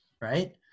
right